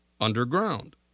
underground